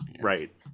Right